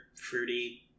fruity